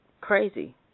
crazy